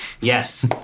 Yes